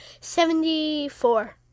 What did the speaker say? seventy-four